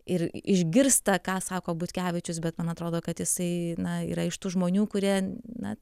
ir išgirsta ką sako butkevičius bet man atrodo kad jisai na yra iš tų žmonių kurie na